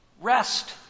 rest